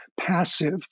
passive